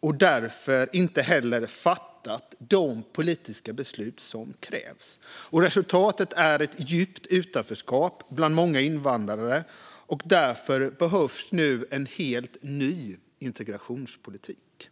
och därför inte heller fattat de politiska beslut som krävs. Resultatet är ett djupt utanförskap bland många invandrare, och därför behövs nu en helt ny integrationspolitik.